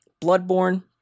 Bloodborne